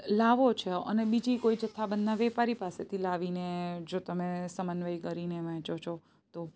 લાવો છો અને બીજી કોઈ જથ્થાબંધના વેપારી પાસેથી લાવીને જો તમે સમન્વય કરીને વહેંચો છો તો